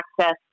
access